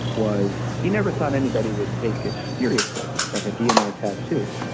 was he never thought anybody would take it seriously, like a dnr tattoo.